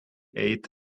ate